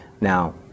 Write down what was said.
Now